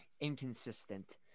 inconsistent